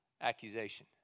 accusation